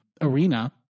arena